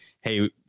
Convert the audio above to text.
Hey